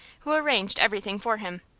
who arranged everything for him.